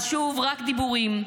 אז, שוב, רק דיבורים.